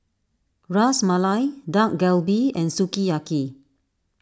Ras Malai Dak Galbi and Sukiyaki